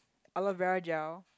aloe vera gel